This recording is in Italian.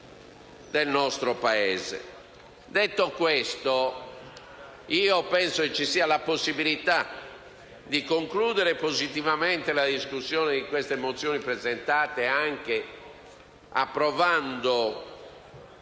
Detto questo, penso vi sia la possibilità di concludere positivamente la discussione delle mozioni presentate, anche approvando